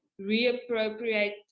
reappropriate